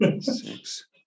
Six